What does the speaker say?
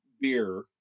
beer